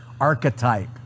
archetype